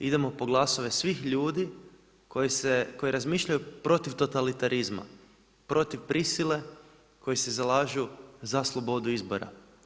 Idemo po glasove svih ljudi koji razmišljaju protiv totalitarizma, protiv prisile, koji se zalažu za slobodu izbora.